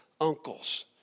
uncles